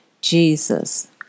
Jesus